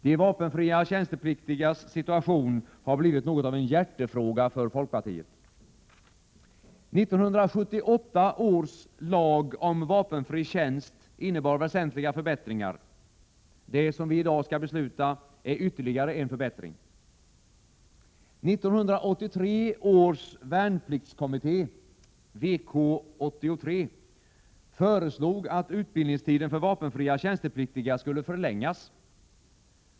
De vapenfria tjänstepliktigas situation har blivit något av en hjärtefråga för folkpartiet. 1978 års lag om vapenfri tjänst innebar väsentliga förbättringar. Det som vi i dag skall besluta är ytterligare en förbättring. 1983 års värnpliktskommitté — VK 83 — föreslog att utbildningstiden för vapenfria tjänstepliktiga skulle förlängas.